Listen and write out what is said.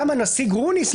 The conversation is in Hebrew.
גם הנשיא גרוניס,